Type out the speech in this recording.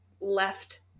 left